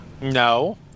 No